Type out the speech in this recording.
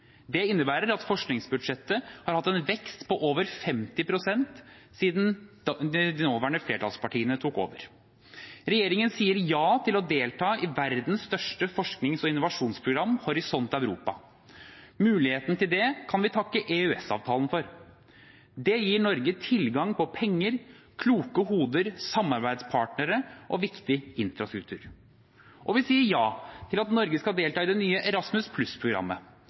Det innebærer at forskningsbudsjettet har hatt en vekst på over 50 pst. siden de nåværende flertallspartiene tok over. Regjeringen sier ja til å delta i verdens største forsknings- og innovasjonsprogram, Horisont Europa. Muligheten til det kan vi takke EØS-avtalen for. Det gir Norge tilgang på penger, kloke hoder, samarbeidspartnere og viktig infrastruktur. Vi sier ja til at Norge skal delta i det nye